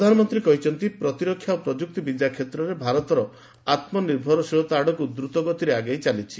ପ୍ରଧାନମନ୍ତ୍ରୀ କହିଛନ୍ତି ପ୍ରତିରକ୍ଷା ଓ ପ୍ରଯୁକ୍ତିବିଦ୍ୟା କ୍ଷେତ୍ରରେ ଭାରତ ଆତ୍ମନିର୍ଭରଶୀଳତା ଆଡ଼କୁ ଦ୍ରୁତଗତିରେ ଆଗେଇ ଚାଲିଛି